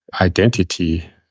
identity